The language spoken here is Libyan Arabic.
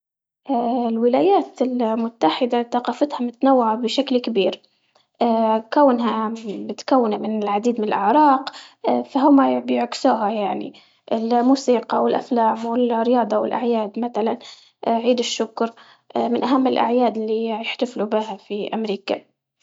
اه الولايات المتحدة ثقافتها متنوعة بشكل كبير، اه كونها متكونة من العديد من الاعراق. اه فهم بيعكسوها يعني، الموسيقى والافلام والرياضة والاعياد مثلا اه عيد الشكر اه من اهم الاعياد يحتفلوا بها في امريكا